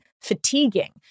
fatiguing